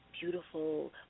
beautiful